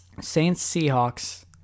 Saints-Seahawks